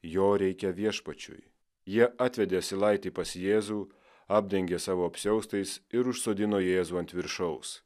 jo reikia viešpačiui jie atvedė asilaitį pas jėzų apdengė savo apsiaustais ir užsodino jėzų ant viršaus